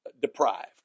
deprived